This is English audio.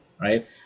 right